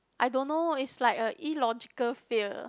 I don't know is like a illogical fear